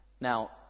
Now